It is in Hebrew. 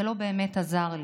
זה לא באמת עזר לי.